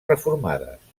reformades